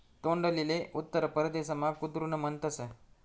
तोंडलीले उत्तर परदेसमा कुद्रुन म्हणतस